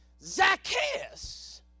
Zacchaeus